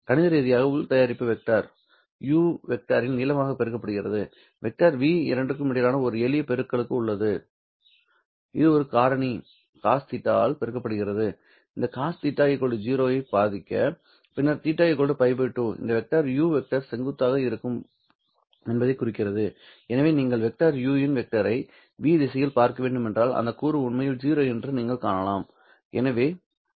கணித ரீதியாக உள் தயாரிப்பு வெக்டர் u வெக்டரின் நீளமாக பெருக்கப்படுகிறது வெக்டர் 'v இரண்டிற்கும் இடையே ஒரு எளிய பெருக்கலும் உள்ளது இது ஒரு காரணி cos θ ஆல் பெருக்கப்படுகிறது இந்த cos θ 0 ஐ பாதிக்க பின்னர் θ Π 2 இந்த வெக்டர் 'u வெக்டர் செங்குத்தாக இருக்கும் என்பதைக் குறிக்கிறது எனவே நீங்கள் வெக்டர் 'u இன் வெக்டரை 'v திசையில் பார்க்க வேண்டும் என்றால் அந்த கூறு உண்மையில் 0 என்று நீங்கள் காணலாம்